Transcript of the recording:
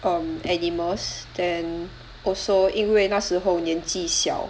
um animals then also 因为那时候年纪小